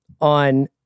on